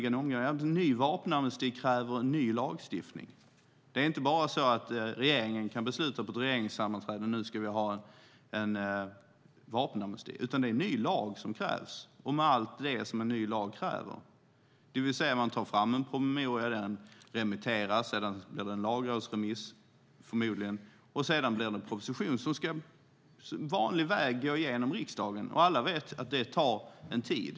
En ny vapenamnesti kräver en ny lagstiftning. Regeringen kan inte bara på ett regeringssammanträde besluta att man ska ha en vapenamnesti, utan det krävs en ny lag med allt det som en ny lag kräver. Det innebär att man tar fram en promemoria som sedan remitteras. Sedan blir det förmodligen en lagrådsremiss och därefter en proposition som ska gå den vanliga vägen genom riksdagen. Alla vet att det tar en tid.